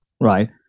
right